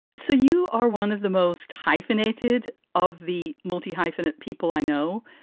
so you are one of the most hyphenated of the multi hyphenate people i know,